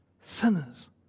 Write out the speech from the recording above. Sinners